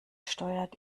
steuert